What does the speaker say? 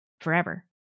forever